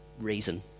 reason